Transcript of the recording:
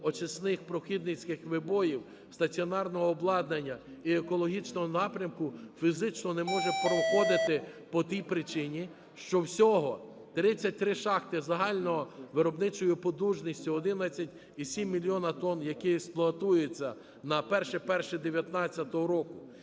очисних прохідницьких вибоїв, стаціонарного обладнання і екологічного напрямку фізично не може проходити по тій причині, що всього 33 шахти загальною виробничою потужністю 11,7 мільйона тонн, які експлуатуються, на 01.01.19-го року